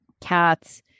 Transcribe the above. cats